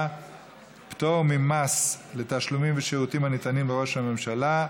(פטור ממס לתשלומים ושירותים הניתנים לראש הממשלה),